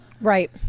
right